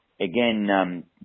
again